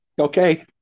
Okay